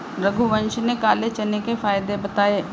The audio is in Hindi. रघुवंश ने काले चने के फ़ायदे बताएँ